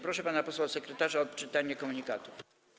Proszę pana posła sekretarza o odczytanie komunikatów.